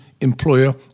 employer